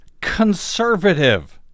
Conservative